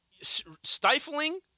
Stifling